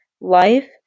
life